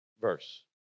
verse